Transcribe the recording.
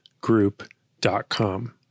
group.com